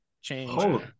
change